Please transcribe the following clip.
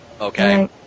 Okay